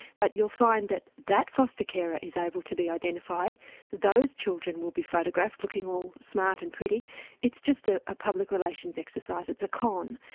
but you'll find that that faster-carer is able to be identified those children will be photographed looking all smart and pretty it's just ah a public relations exercise, it's a con.